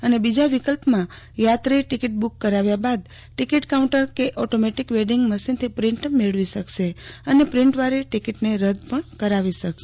અને બીજા વિકલ્પમાં યાત્રી ટિકીટ બુક કરાવ્યા બાદ ટિકિટ કાઉન્ટર કે ઓટોમેટીક વેડીંગ મશીનથી પ્રીન્ટ મેળવી શકશે અને પ્રિન્ટવાળી ટિકિટને રદ પણ કરાવી શકશે